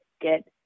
get